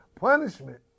punishment